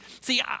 See